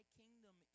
kingdom